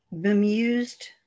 bemused